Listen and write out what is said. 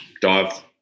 dive